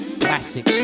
classic